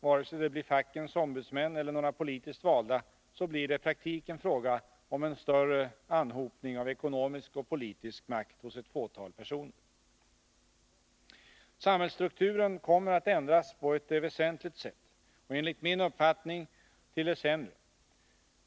Vare sig det blir fackens ombudsmän eller några politiskt valda, blir det i praktiken fråga om en större anhopning av ekonomisk och politisk makt hos ett fåtal personer. Samhällsstrukturen kommer att ändras på ett väsentligt sätt och enligt min uppfattning till det sämre.